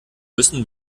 müssen